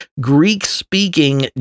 Greek-speaking